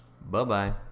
Bye-bye